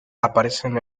aparecen